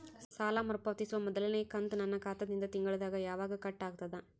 ಸಾಲಾ ಮರು ಪಾವತಿಸುವ ಮೊದಲನೇ ಕಂತ ನನ್ನ ಖಾತಾ ದಿಂದ ತಿಂಗಳದಾಗ ಯವಾಗ ಕಟ್ ಆಗತದ?